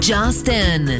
Justin